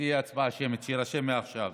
שתהיה הצבעה שמית, שיירשם מעכשיו.